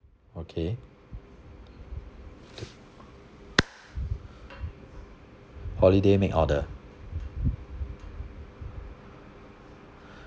okay holiday make order